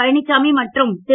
பழனிச்சாமி மற்றும் திரு